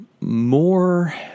more